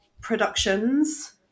productions